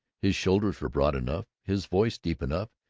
his shoulders were broad enough, his voice deep enough,